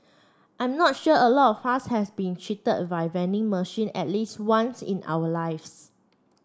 I'm not sure a lot of us has been cheated vending machine at least once in our lives